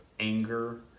Anger